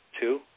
Two